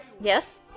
Yes